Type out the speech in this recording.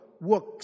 works